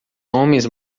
homens